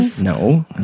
No